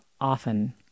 often